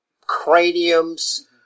craniums